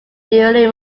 elderly